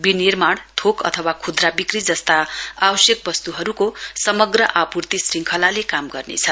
विनिर्माण योक अथवा खुद्रा विक्री जस्ता आवश्यक वस्तुहरुको समग्र आपूर्ति श्रृङ्खलाले काम गर्नेछ